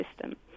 system